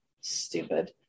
Stupid